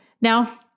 Now